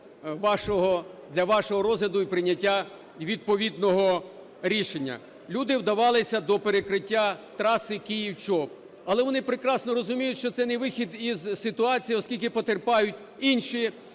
для вашого розгляду і прийняття відповідного рішення. Люди вдавалися до перекриття траси Київ-Чоп, але вони прекрасно розуміють, що це не вихід із ситуації, оскільки потерпають інші